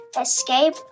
escape